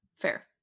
Fair